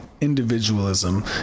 individualism